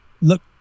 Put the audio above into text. look